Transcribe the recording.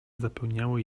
zapełniały